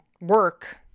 work